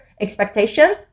expectation